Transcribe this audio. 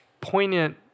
poignant